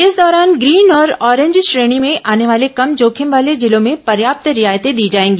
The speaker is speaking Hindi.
इस दौरान ग्रीन और ऑरेंज श्रेणी में आने वाले कम जोखिम वाले जिलों में पर्याप्त रियायतें दी जाएगी